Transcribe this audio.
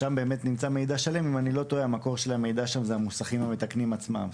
ששם נמצא מידע שלם ואם אני לא טועה המקור שלו זה המוסכים המתקנים עצמם.